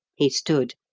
he stood,